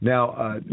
Now